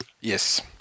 yes